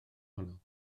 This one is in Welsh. honno